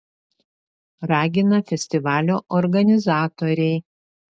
ragina festivalio organizatoriai